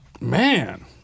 man